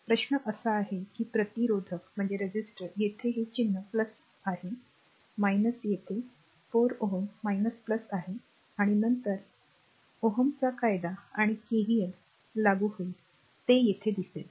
तर प्रश्न असा आहे की प्रतिरोधक येथे हे चिन्ह आहे येथे 4 Ω आहे आणि नंतर Ωs 'कायदा आणि KVL r काय लागू होईल ते येथे दिसेल